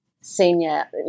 senior